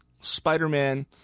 Spider-Man